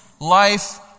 Life